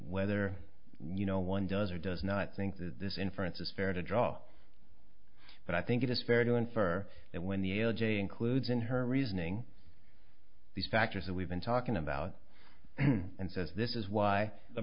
whether you know one does or does not think that this inference is fair to draw but i think it is fair to infer that when the l j includes in her reasoning these factors that we've been talking about and says this is why the